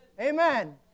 Amen